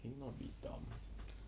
can you not be dumb